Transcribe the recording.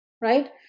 right